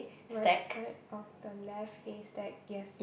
right side of the left haystack yes